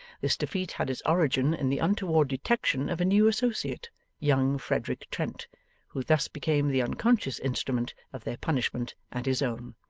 this defeat had its origin in the untoward detection of a new associate young frederick trent who thus became the unconscious instrument of their punishment and his own.